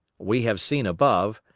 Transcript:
we have seen above,